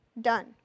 done